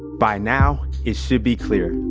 by now, it should be clear.